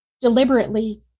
deliberately